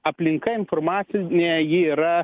aplinka informacinė ji yra